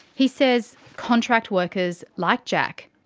he says. contract workers, like jack,